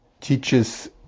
teaches